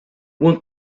one